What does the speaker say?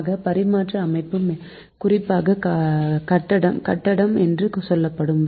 ஆக பரிமாற்ற அமைப்பு குறிப்பாக கட்டம் என்று சொல்லப்படும்